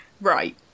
right